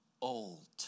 old